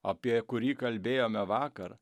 apie kurį kalbėjome vakar